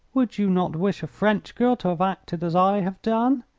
would you not wish a french girl to have acted as i have done?